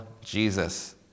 Jesus